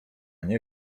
nie